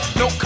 no